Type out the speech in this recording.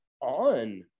on